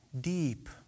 deep